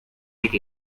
ate